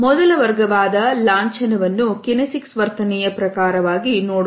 ಮೊದಲ ವರ್ಗ ಲಾಂಛನವನ್ನು kinesics ವರ್ತನೆಯ ಪ್ರಕಾರವಾಗಿ ನೋಡೋಣ